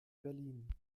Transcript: berlin